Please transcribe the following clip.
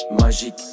magique